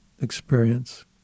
experience